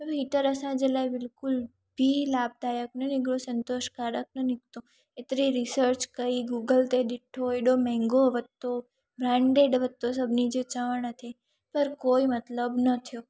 heater असांजे लाइ बिल्कुल बि लाभदायक न हुओ संतोषकारक न निकितो हेतिरी रिसर्च कई गूगल ते ॾिठो हेॾो महांगो वरितो ब्रांडेड वरितो सभिनी जे चवण ते पर कोई मतिलबु न थियो